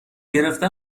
گرفتن